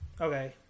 okay